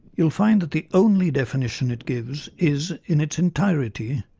you will find that the only definition it gives is, in its entirety,